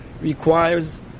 requires